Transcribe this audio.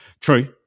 True